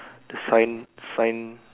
the sign sign